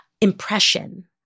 impression